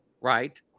right